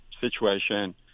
situation